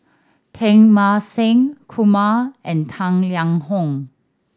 Teng Mah Seng Kumar and Tang Liang Hong